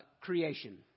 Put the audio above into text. creation